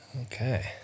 Okay